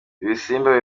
ibisimba